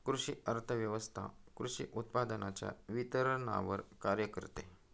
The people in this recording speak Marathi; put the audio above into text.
कृषी अर्थव्यवस्वथा कृषी उत्पादनांच्या वितरणावर कार्य करते